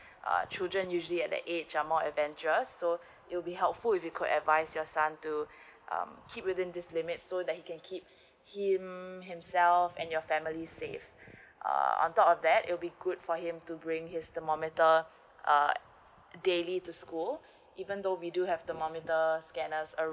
uh children usually at that age are more adventurous so it will be helpful if you could advise your son to um keep within this limit so that he can keep he himself and your family save err on top of that will be good for him to bring his thermometer uh uh daily to school even though we do have thermometers scanners